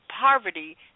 poverty